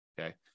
okay